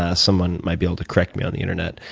ah someone might be able to correct me on the internet.